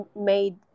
made